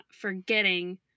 forgetting